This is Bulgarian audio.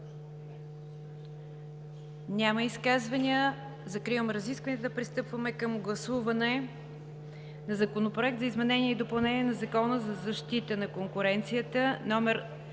Няма изказвания. Закривам разискванията. Пристъпваме към гласуване на Законопроект за изменение и допълнение на Закона за защита на конкуренцията, №